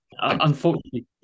unfortunately